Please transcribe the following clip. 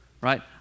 right